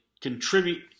contribute